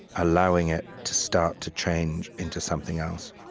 allowing it to start to change into something else